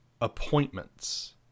appointments